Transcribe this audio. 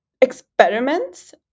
experiments